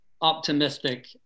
optimistic